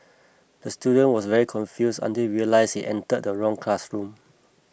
the student was very confused until he realised he entered the wrong classroom